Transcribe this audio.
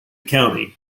county